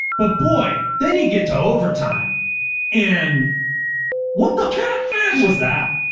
but boy, then you get to overtime and what the path was that,